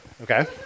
Okay